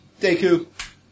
Deku